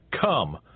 Come